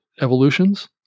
evolutions